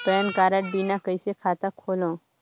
Pan card बिना कइसे खाता खोलव?